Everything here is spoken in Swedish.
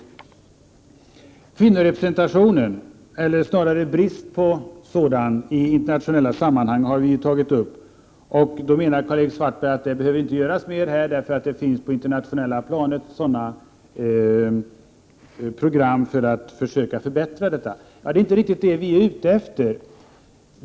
Den andra saken jag vill ta upp är kvinnorepresentationen eller snarare bristen på sådan i internationella sammanhang. Karl-Erik Svartberg menade att man inte behövde göra mera i det avseendet, eftersom det på det internationella planet finns program för att försöka förbättra kvinnorepresentationen. Det är inte riktigt det vi är ute efter.